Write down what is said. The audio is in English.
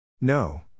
No